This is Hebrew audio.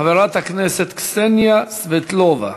חברת הכנסת קסניה סבטלובה,